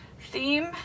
theme